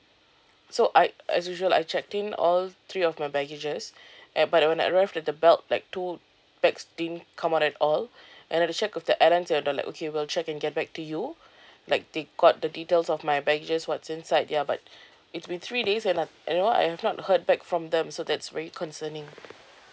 so I as usual I checked in all three of my baggages and but when I arrived at the belt like two bags didn't come out at all and then I checked with the airlines and they were like okay we will check and get back to you like they got the details of my baggages what's inside ya but it's been three days and like I don't know I've not heard back from them so that's very concerning